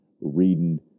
reading